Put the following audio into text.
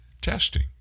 testing